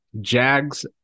Jags